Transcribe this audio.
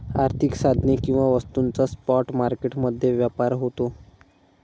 आर्थिक साधने किंवा वस्तूंचा स्पॉट मार्केट मध्ये व्यापार होतो